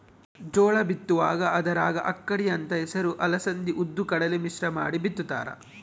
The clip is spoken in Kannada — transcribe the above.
ಜೋಳ ಬಿತ್ತುವಾಗ ಅದರಾಗ ಅಕ್ಕಡಿ ಅಂತ ಹೆಸರು ಅಲಸಂದಿ ಉದ್ದು ಕಡಲೆ ಮಿಶ್ರ ಮಾಡಿ ಬಿತ್ತುತ್ತಾರ